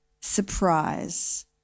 surprise